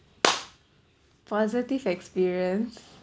positive experience